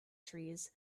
trees